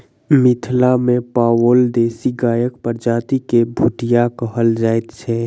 मिथिला मे पाओल देशी गायक प्रजाति के भुटिया कहल जाइत छै